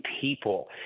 people